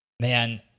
Man